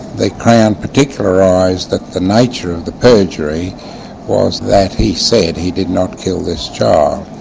the crown particularised that the nature of the perjury was that he said he did not kill this child.